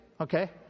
Okay